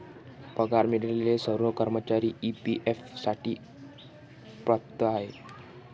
पगार मिळालेले सर्व कर्मचारी ई.पी.एफ साठी पात्र आहेत